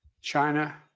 China